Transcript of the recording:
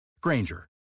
Granger